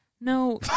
No